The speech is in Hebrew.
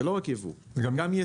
זה לא רק ייבוא, זה גם ייצוא.